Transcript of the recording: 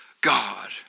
God